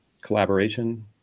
collaboration